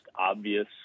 obvious